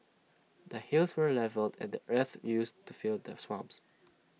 the hills were levelled and the earth used to fill the swamps